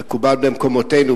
כמו שמקובל במקומותינו,